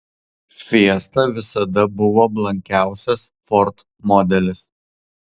fiesta visada buvo blankiausias ford modelis